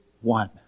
one